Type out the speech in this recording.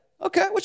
okay